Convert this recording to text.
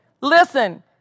listen